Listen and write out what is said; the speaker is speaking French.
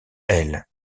elle